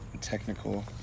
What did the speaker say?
technical